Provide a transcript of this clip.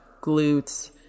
glutes